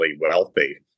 wealthy